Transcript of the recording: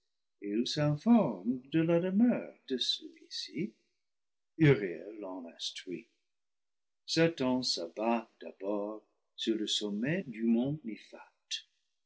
s'informe de la demeure de celui-ci uriel l'en instruit satan s'abat d'abord sur le sommet du mont